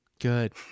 Good